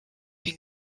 been